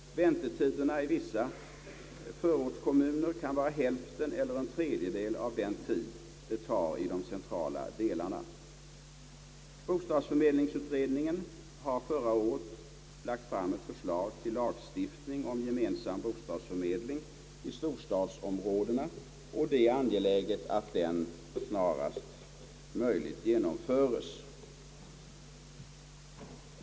Väntetiderna i vissa förortskommuner kan vara hälften eller en tredjedel jämfört med i de centrala delarna. Bostadsförmedlingsutredningen framlade förra året förslag till lagstiftning om gemensam bostadsförmedling i bostadsområdena, och det är angeläget att den snarast möjligt genomföres.